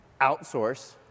outsource